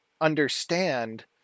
understand